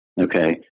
Okay